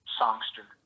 songster